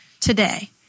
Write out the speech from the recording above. today